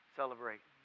celebrate